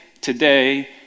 today